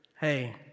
Hey